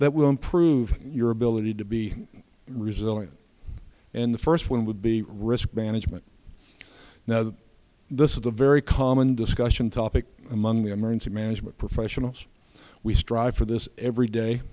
that will improve your ability to be resilient in the first one would be risk management now that this is a very common discussion topic among the emergency management professionals we strive for this every day